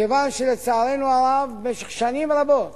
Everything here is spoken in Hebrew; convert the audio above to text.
מכיוון שלצערנו הרב במשך שנים רבות